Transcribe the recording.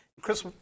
Chris